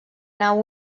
nau